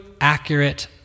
accurate